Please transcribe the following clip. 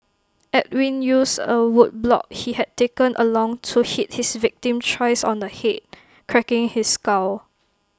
Edwin used A wood block he had taken along to hit his victim thrice on the Head cracking his skull